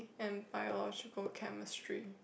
and biological chemistry